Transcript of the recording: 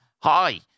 Hi